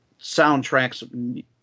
soundtracks